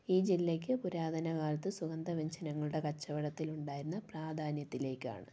ഈ ജില്ലയ്ക്ക് പുരാതന കാലത്ത് സുഗന്ധവ്യഞ്ജനങ്ങളുടെ കച്ചവടത്തിലുണ്ടായിരുന്ന പ്രാധാന്യത്തിലേക്കാണ്